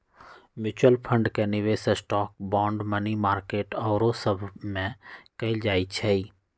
mutual fund के निवेश stock, bond, money market आउरो सभमें कएल जाइ छइ